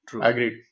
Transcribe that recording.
Agreed